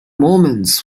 moments